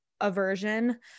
aversion